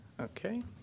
Okay